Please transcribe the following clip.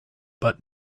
but